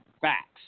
Facts